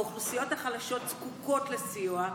האוכלוסיות החלשות זקוקות לסיוע.